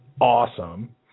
awesome